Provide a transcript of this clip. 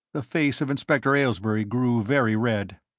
the face of inspector aylesbury grew very red.